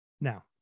Now